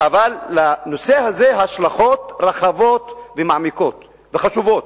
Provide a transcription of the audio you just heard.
אבל לנושא הזה השלכות רחבות ומעמיקות וחשובות.